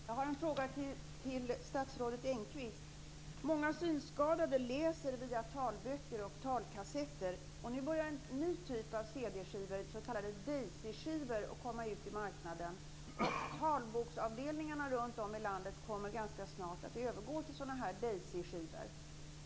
Fru talman! Jag har en fråga till statsrådet Många synskadade läser via talböcker och talkassetter. Nu börjar en ny typ av cd-skivor, s.k. daisyskivor, att komma ut på marknaden. Talboksavdelningarna runtom i landet kommer ganska snart att övergå till daisyskivor.